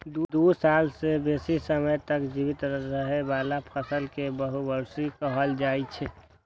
दू साल सं बेसी समय तक जीवित रहै बला फसल कें बहुवार्षिक कहल जाइ छै